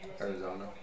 Arizona